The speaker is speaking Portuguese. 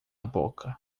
boca